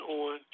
on